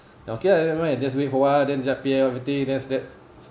okay lah never mind just wait for a while then everything that's that's